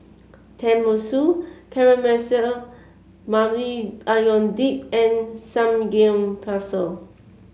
Tenmusu Caramelized Maui Onion Dip and Samgyeopsal